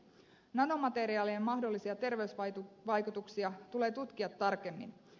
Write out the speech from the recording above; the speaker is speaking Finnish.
nanomateriaalien mahdollisia terveysvaikutuksia tulee tutkia tarkemmin